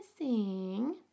missing